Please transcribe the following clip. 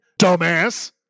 dumbass